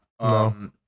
No